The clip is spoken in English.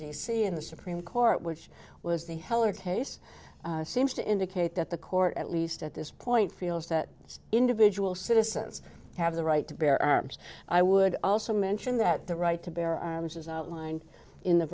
in the supreme court which was the heller case seems to indicate that the court at least at this point feels that this individual citizens have the right to bear arms i would also mention that the right to bear arms as outlined in the